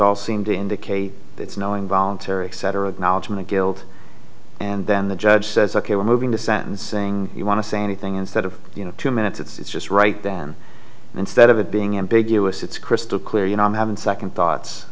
all seem to indicate it's knowing voluntary exciter of knowledge of the guilt and then the judge says ok we're moving to sentencing you want to say anything instead of you know two minutes it's just right then and instead of it being ambiguous it's crystal clear you know i'm having second thoughts